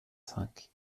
cinq